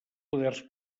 poders